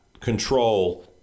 control